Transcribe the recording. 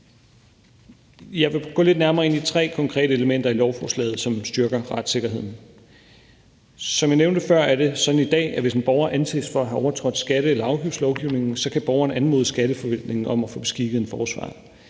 Jeg vil gå lidt nærmere ind i tre konkrete elementer i lovforslaget, som styrker retssikkerheden. Som jeg nævnte før, er det sådan i dag, at hvis en borger anses for at have overtrådt skatte- eller afgiftslovgivningen, kan borgeren anmode Skatteforvaltningen om at få beskikket en forsvarer.